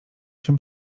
się